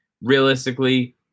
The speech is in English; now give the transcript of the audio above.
Realistically